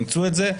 אימצו את זה,